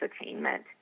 attainment